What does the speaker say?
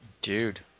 Dude